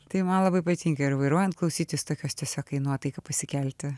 tai man labai patinka ir vairuojant klausytis tokios tiesiog kai nuotaika pasikelti